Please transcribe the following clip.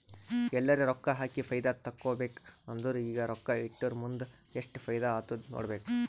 ಎಲ್ಲರೆ ರೊಕ್ಕಾ ಹಾಕಿ ಫೈದಾ ತೆಕ್ಕೋಬೇಕ್ ಅಂದುರ್ ಈಗ ರೊಕ್ಕಾ ಇಟ್ಟುರ್ ಮುಂದ್ ಎಸ್ಟ್ ಫೈದಾ ಆತ್ತುದ್ ನೋಡ್ಬೇಕ್